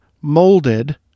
molded